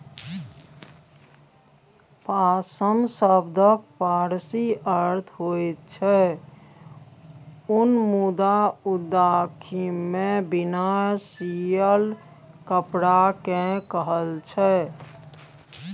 पाश्म शब्दक पारसी अर्थ होइ छै उन मुदा लद्दाखीमे बिना सियल कपड़ा केँ कहय छै